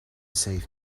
save